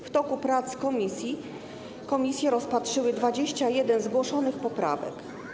W toku prac komisji komisje rozpatrzyły 21 zgłoszonych poprawek.